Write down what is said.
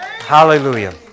hallelujah